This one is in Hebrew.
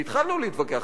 והתחלנו להתווכח.